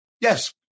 yes